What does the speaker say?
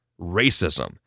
racism